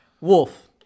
Wolf